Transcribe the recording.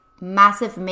massive